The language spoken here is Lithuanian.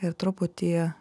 ir truputį